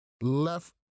left